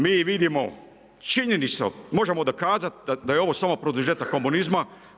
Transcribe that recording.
Mi vidimo činjenicu, možemo dokazati da je ovo samo produžetak komunizma.